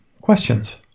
questions